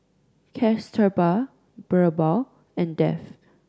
Kasturba Birbal and Dev